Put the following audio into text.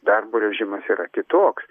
darbo režimas yra kitoks